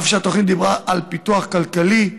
אף שהתוכנית דיברה על פיתוח כלכלי,